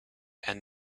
and